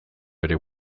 bere